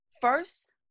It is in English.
first